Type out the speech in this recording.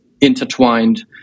intertwined